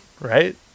right